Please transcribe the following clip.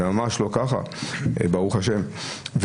זה ממש לא ככה ברוך השם.